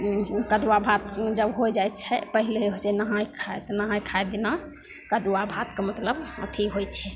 कदुआ भात जब होइ जाइ छै पहिलहे होइ छै नहाइ खाइ तऽ नहाइ खाइ दिना कदुआ भातके मतलब अथी होइ छै